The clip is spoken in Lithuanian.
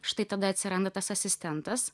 štai tada atsiranda tas asistentas